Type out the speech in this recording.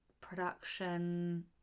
production